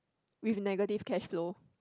with negative cashflow